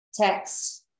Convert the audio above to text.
text